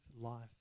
life